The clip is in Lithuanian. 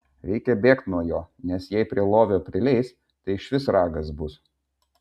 reikia bėgt nuo jo nes jei prie lovio prileis tai išvis ragas bus